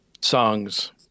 songs